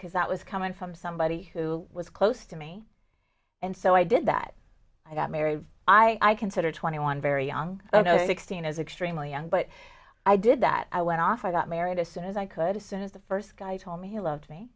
because that was coming from somebody who was close to me and so i did that i got married i consider twenty one very young sixteen is extremely young but i did that i went off i got married as soon as i could as soon as the first guy told me he loved me